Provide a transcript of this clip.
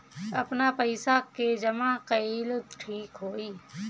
आपन पईसा के जमा कईल ठीक होई?